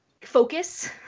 focus